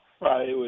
Right